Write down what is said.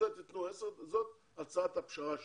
זאת הצעת הפשרה שלי,